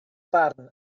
barn